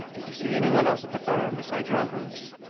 did you see anyone else at the farm beside your uncles?